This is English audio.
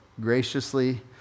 graciously